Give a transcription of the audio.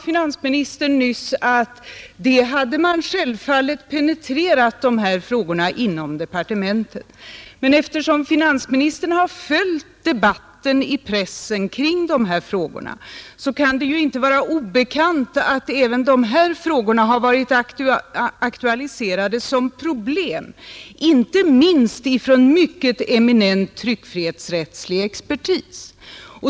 Finansministern sade nyss att man självfallet hade penetrerat dessa frågor inom departementen, Men eftersom finansministern har följt debatten kring dessa frågor i pressen kan det inte vara obekant att även de varit aktualiserade som problem, inte minst av eminent tryckfrihetsrättslig expertis.